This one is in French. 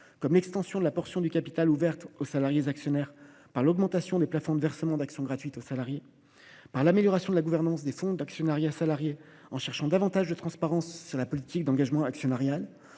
comme l’extension de la portion du capital ouverte aux salariés actionnaires, par l’augmentation des plafonds de versement d’actions gratuites aux salariés ; l’amélioration de la gouvernance des fonds d’actionnariat salarié par la recherche d’une plus grande transparence sur la politique d’engagement actionnarial